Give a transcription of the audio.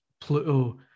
Pluto